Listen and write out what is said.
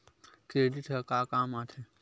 Credit ह का काम आथे?